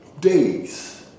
days